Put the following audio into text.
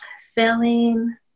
Filling